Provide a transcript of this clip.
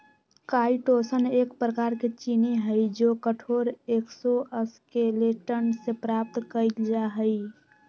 chitosan एक प्रकार के चीनी हई जो कठोर एक्सोस्केलेटन से प्राप्त कइल जा हई